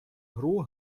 гру